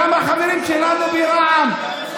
גם החברים שלנו ברע"מ,